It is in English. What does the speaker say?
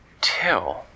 till